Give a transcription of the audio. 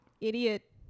idiot